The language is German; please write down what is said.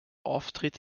auftritt